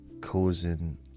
causing